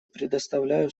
предоставляю